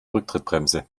rücktrittbremse